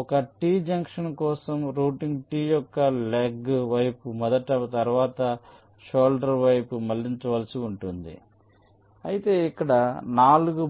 కాబట్టి ఒక T junction కోసం రౌటింగ్ T యొక్క లెగ్ వైపు మొదట తరువాత షోల్డర్ వైపు మళ్ళించవలసి ఉంటుంది అయితే ఇక్కడ 4